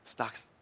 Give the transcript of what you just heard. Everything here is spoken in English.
Stock's